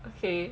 okay